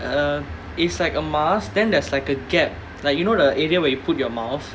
uh it's like a mask then there's like a gap like you know the area where you put your mouth